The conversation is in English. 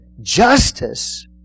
justice